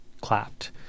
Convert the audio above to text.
clapped